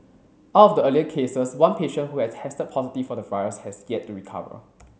out of the earlier cases one patient who had tested positive for the virus has yet to recover